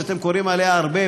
שאתם קוראים עליה הרבה,